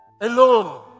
Alone